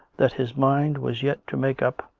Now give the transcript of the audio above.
that his mind was yet to make up,